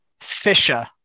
fisher